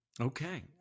Okay